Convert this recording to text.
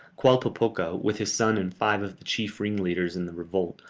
qualpopoca, with his son and five of the chief ringleaders in the revolt,